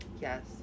Yes